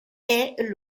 est